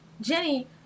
Jenny